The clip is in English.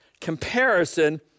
comparison